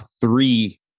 three